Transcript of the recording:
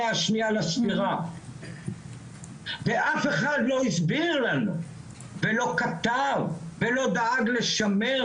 המאה השנייה לספירה ואף אחד לא הסביר לנו ולא כתב ולא דאג לשמר,